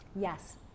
Yes